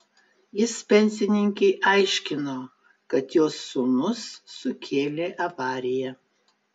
jis pensininkei aiškino kad jos sūnus sukėlė avariją